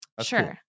Sure